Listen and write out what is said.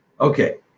Okay